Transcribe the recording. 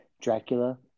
Dracula